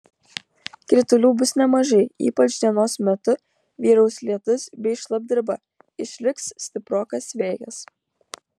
kritulių bus nemažai ypač dienos metu vyraus lietus bei šlapdriba išliks stiprokas vėjas